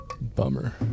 bummer